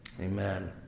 amen